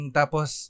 tapos